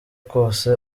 kose